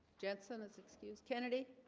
jensen is excused kennedy